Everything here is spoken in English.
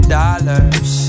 dollars